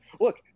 look